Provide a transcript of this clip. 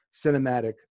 cinematic